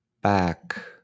back